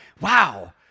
wow